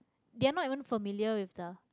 they are not even familiar with the